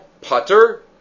putter